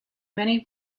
many